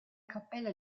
cappella